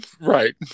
Right